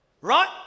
Right